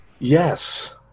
Yes